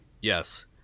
Yes